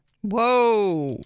Whoa